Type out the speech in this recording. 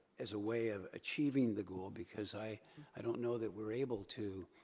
as a way of achieving the goal. because i i don't know that we're able to,